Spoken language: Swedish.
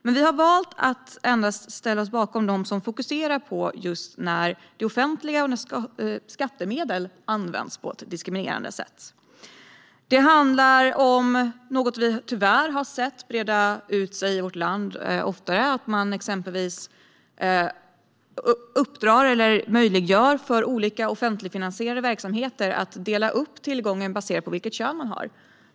Men vi har valt att endast ställa oss bakom dem som fokuserar på när det offentliga och skattemedel används på ett diskriminerande sätt. Det handlar om något vi tyvärr har sett breda ut sig i vårt land: att man uppdrar åt eller möjliggör för olika offentligfinansierade verksamheter att dela upp tillgången baserat på kön.